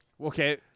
Okay